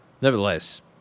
nevertheless